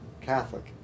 Catholic